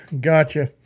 Gotcha